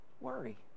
worry